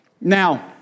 Now